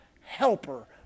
Helper